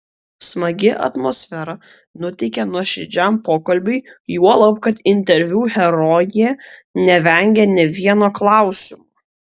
smagi atmosfera nuteikė nuoširdžiam pokalbiui juolab kad interviu herojė nevengė nė vieno klausimo